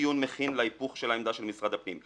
דיון מכין להיפוך של העמדה של משרד הפנים,